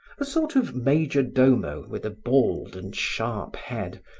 a sort of majordomo with a bald and sharp head,